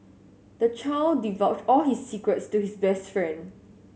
the child divulged all his secrets to his best friend